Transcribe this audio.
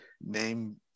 name